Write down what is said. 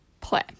play